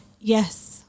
Yes